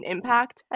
impact